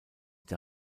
der